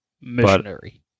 Missionary